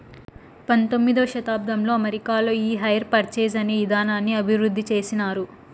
పంతొమ్మిదవ శతాబ్దంలో అమెరికాలో ఈ హైర్ పర్చేస్ అనే ఇదానాన్ని అభివృద్ధి చేసినారు